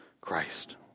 Christ